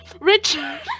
Richard